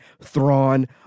Thrawn